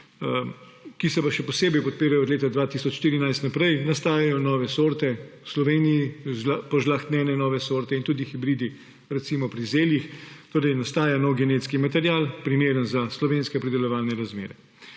ki se pa še posebej podpirajo od leta 2014 naprej, nastajajo nove sorte v Sloveniji, požlahtnjene nove sorte in tudi hibridi, recimo pri zelju, torej nastaja nov genetski material, primeren za slovenske pridelovalne razmere.